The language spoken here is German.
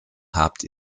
habt